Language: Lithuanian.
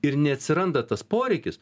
ir neatsiranda tas poreikis